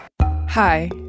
Hi